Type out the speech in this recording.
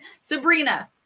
Sabrina